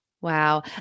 Wow